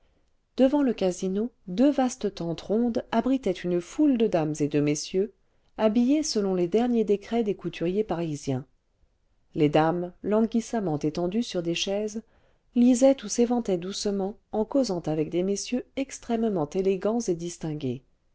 devant le casino deux vastes tentes rondes abritaient une foule de dames et de messieurs habillés selon les derniers décrets des couturiers parisiens les dames languissamment étendues sur des chaises lisaient ou s'éventaient doucement en causant avec des messieurs extrêmement élégants et distingués